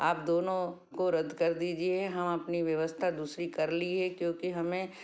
आप दोनों को रद्द कर दीजिए हम अपनी व्यवस्था दूसरी कर ली है क्योंकि हमें